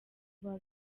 babi